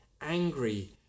angry